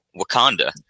Wakanda